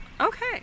Okay